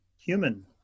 Human